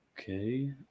Okay